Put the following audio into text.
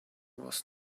was